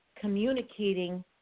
Communicating